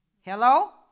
Hello